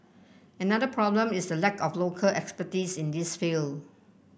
another problem is the lack of local expertise in this field